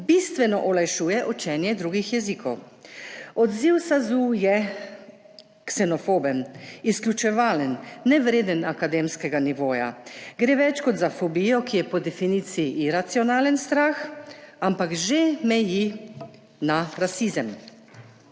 bistveno olajšuje učenje drugih jezikov. Odziv SAZU je ksenofoben, izključevalen, nevreden akademskega nivoja. Gre več kot za fobijo, ki je po definiciji iracionalen strah, ampak že meji na rasizem.